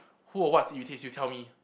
who or what irritates you tell me